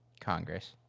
congress